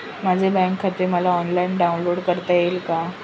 माझे बँक खाते मला ऑनलाईन डाउनलोड करता येईल का?